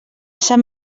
sant